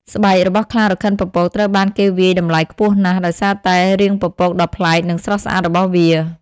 ស្បែក របស់ខ្លារខិនពពកត្រូវបានគេវាយតម្លៃខ្ពស់ណាស់ដោយសារតែ រាងពពកដ៏ប្លែក និងស្រស់ស្អាត របស់វា។